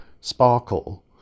sparkle